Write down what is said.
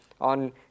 on